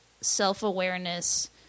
self-awareness